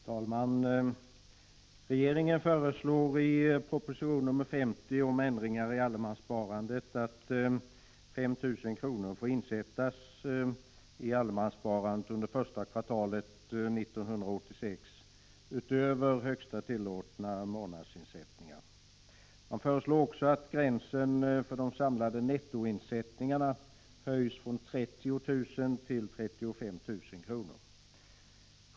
Herr talman! Regeringen föreslår i proposition nr 50 om ändringar i allemanssparandet att 5 000 kr. utöver högsta tillåtna månadsinsättning får insättas i allemanssparandet under första kvartalet 1986. Man föreslår också att gränsen för de samlade nettoinsättningarna höjs från 30 000 kr. till 35 000 kr.